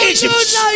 Egypt